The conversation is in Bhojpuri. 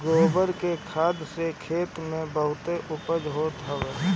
गोबर के खाद से खेत बहुते उपजाऊ होत हवे